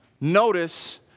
Notice